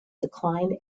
declined